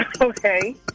Okay